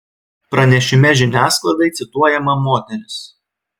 pranešime žiniasklaidai cituojama moteris